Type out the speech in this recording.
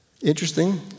Interesting